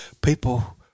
people